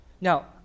now